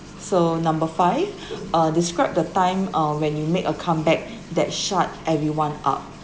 so number five uh describe the time uh when you make a comeback that shut everyone up